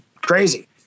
crazy